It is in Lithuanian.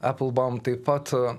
eplbaum taip pat